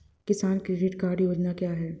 किसान credit card योजना क्या है?